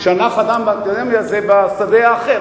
שנה חינם באקדמיה זה בשדה האחר.